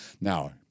Now